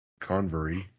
Convery